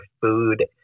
food